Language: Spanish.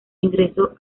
ingreso